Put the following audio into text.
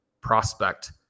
prospect